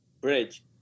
bridge